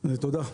תודה.